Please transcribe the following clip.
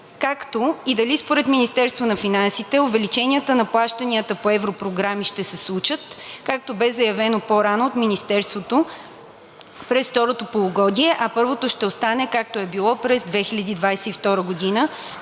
както и дали според Министерството на финансите увеличенията на плащанията по европрограми ще се случат, както бе заявено по-рано от Министерството през второто полугодие, а първото ще остане както е било през 2022 г.